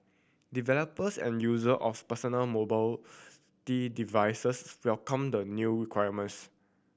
developers and user of personal mobility devices welcomed the new requirements